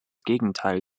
gegenteil